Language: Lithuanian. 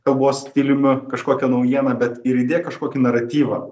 kalbos stiliumi kažkokią naujieną bet ir įdėk kažkokį naratyvą